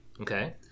Okay